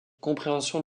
compréhension